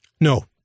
No